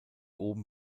oben